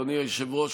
אדוני היושב-ראש,